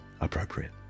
appropriate